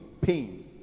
Pain